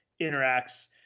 interacts